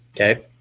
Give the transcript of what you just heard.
Okay